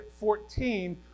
14